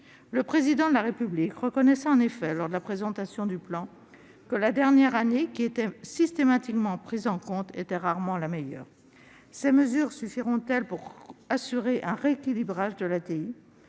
Le Président de la République reconnaissait en effet, lors de la présentation du plan, que la dernière année, qui était systématiquement prise en compte, était rarement la meilleure ... Ces mesures suffiront-elles pour assurer un rééquilibrage de l'ATI ?